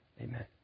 Amen